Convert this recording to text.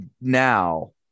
now